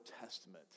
Testament